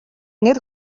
нэр